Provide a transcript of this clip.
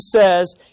says